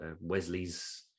Wesley's